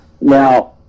Now